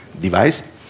device